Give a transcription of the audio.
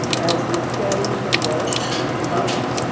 as we're setting the work again,